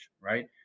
right